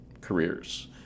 careers